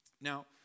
Now